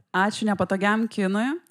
ačiū nepatogiam kinui